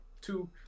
two